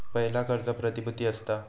पयला कर्ज प्रतिभुती असता